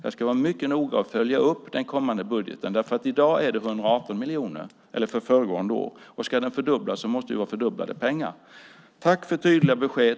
Jag ska mycket noga följa upp den kommande budgeten. För föregående år är det 118 miljoner, och ska tillsynen fördubblas måste det vara fördubblade pengar. Tack för tydliga besked!